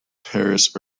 paris